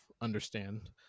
understand